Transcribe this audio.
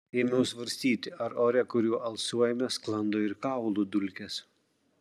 ėmiau svarstyti ar ore kuriuo alsuojame sklando ir kaulų dulkės